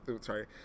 sorry